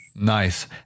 Nice